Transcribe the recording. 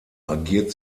agiert